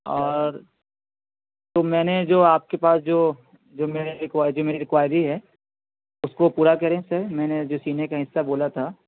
اور تو میں نے جو آپ کے پاس جو میں ریکوائر دی جو میں نے ریکوائر دی ہے اس کو پورا کریں سر میں نے جو سینے کا حصہ بولا تھا